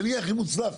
ואני אהיה הכי מוצלח,